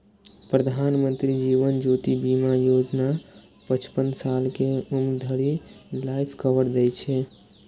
प्रधानमंत्री जीवन ज्योति बीमा योजना पचपन साल के उम्र धरि लाइफ कवर दै छै